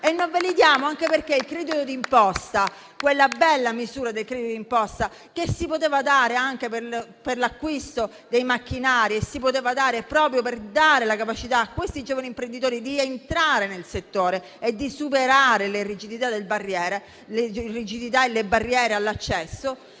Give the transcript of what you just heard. Non ve li diamo anche perché il credito d'imposta, quella bella misura del credito d'imposta, che si poteva dare anche per l'acquisto di macchinari e si poteva dare proprio per permettere a questi giovani imprenditori di entrare nel settore e di superare le rigidità e le barriere all'accesso,